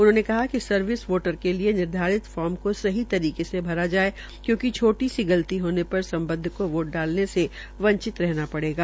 उन्होंने कहा िक सर्विस वोटर के लिये निर्धारित फार्म को सही तरीके से अरा जाये क्योकि छोटी सी गलती होने पर सम्बद्व को वोट डालेने से वंचित रहना पड़ेगा